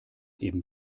eben